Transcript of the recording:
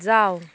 যাও